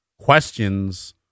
questions